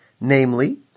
Namely